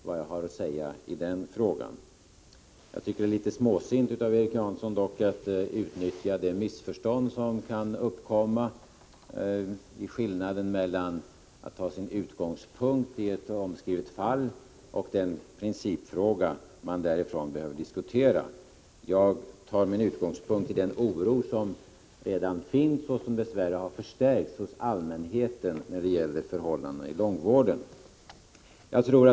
Jag tycker att det är litet småsint av Erik Janson att utnyttja det missförstånd som kan uppkomma när det gäller skillnaden mellan att ta sin utgångspunkt i ett omskrivet fall och den principfråga man därifrån behöver diskutera. Jag tar min utgångspunkt i den oro som redan finns och som dess värre har förstärkts hos allmänheten när det gäller förhållandena i långvården.